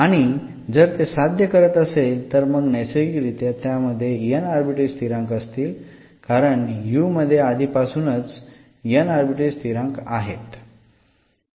आणि जर ते साध्य करत असेल तर मग नैसर्गिकरित्या त्यामध्ये n आर्बिट्ररी स्थिरांक असतील कारण u मध्ये आधीपासूनच n आर्बिट्ररी स्थिरांक आहेत